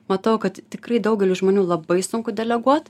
matau kad tikrai daugeliui žmonių labai sunku deleguot